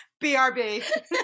BRB